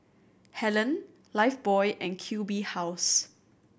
Helen Lifebuoy and Q B House